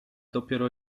dopiero